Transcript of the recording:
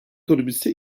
ekonomisi